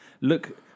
look